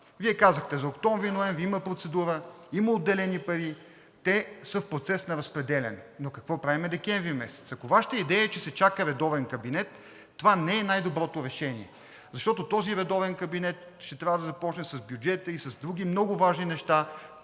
Вие казахте за октомври, ноември има процедура, има отделени пари, те са в процес на разпределяне. Какво обаче правим декември месец? Ако Вашата идея е, че се чака редовен кабинет, това не е най-доброто решение. Защото този редовен кабинет ще трябва да започне с бюджета и с други много важни неща.